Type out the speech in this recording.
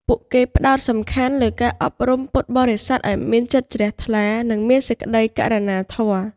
ពួកគេផ្តោតសំខាន់លើការអប់រំពុទ្ធបរិស័ទឱ្យមានចិត្តជ្រះថ្លា និងមានសេចក្តីករុណាធម៌។